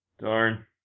Darn